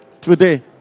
today